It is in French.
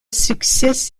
succès